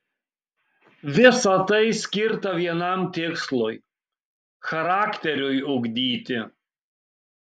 visa tai skirta vienam tikslui charakteriui ugdyti